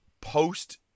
post